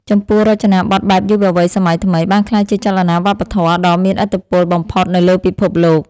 ចំពោះរចនាប័ទ្មបែបយុវវ័យសម័យថ្មី បានក្លាយជាចលនាវប្បធម៌ដ៏មានឥទ្ធិពលបំផុតនៅលើពិភពលោក។